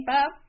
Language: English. Bob